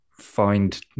find